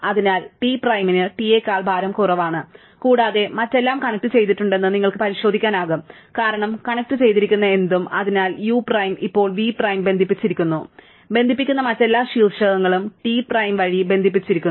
അതിനാൽ T പ്രൈമിന് T യേക്കാൾ ഭാരം കുറവാണ് കൂടാതെ മറ്റെല്ലാം കണക്റ്റുചെയ്തിട്ടുണ്ടെന്ന് നിങ്ങൾക്ക് പരിശോധിക്കാനാകും കാരണം കണക്റ്റുചെയ്തിരിക്കുന്ന എന്തും അതിനാൽ u പ്രൈം ഇപ്പോൾ v പ്രൈം ബന്ധിപ്പിച്ചിരിക്കുന്നു അതിനാൽ ബന്ധിപ്പിക്കുന്ന മറ്റെല്ലാ ശീർഷകങ്ങളും T T പ്രൈം വഴി ബന്ധിപ്പിച്ചിരിക്കുന്നു